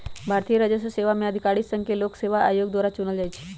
भारतीय राजस्व सेवा में अधिकारि के संघ लोक सेवा आयोग द्वारा चुनल जाइ छइ